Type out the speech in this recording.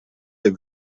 der